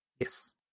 Yes